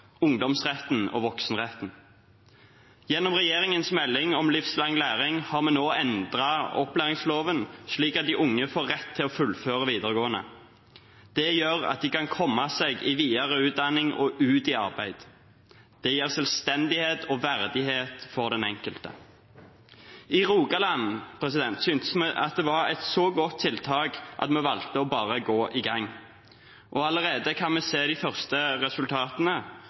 ungdomsretten og voksenretten. Gjennom regjeringens melding om livslang læring har vi nå endret opplæringsloven, slik at de unge får rett til å fullføre videregående. Det gjør at de kan komme seg i videre utdanning og ut i arbeid. Det gir selvstendighet og verdighet for den enkelte. I Rogaland syntes vi at det var et så godt tiltak at vi valgte bare å gå i gang. Vi kan allerede se de første resultatene.